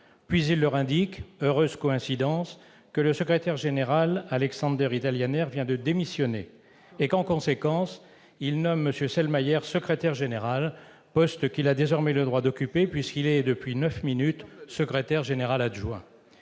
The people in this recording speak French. Puis il leur indique- heureuse coïncidence ! -que le secrétaire général, Alexander Italianer, vient de démissionner et que, en conséquence, il nomme M. Selmayr secrétaire général, poste qu'il a désormais le droit d'occuper puisqu'il est depuis neuf minutes secrétaire général adjoint